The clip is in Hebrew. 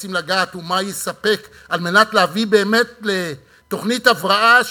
רוצים להגיע ומה יספק כדי להביא באמת לתוכנית הבראה,